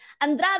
Andrade